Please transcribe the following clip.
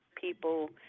people